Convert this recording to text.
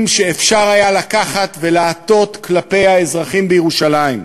שאפשר היה לקחת ולהטות כלפי האזרחים בירושלים.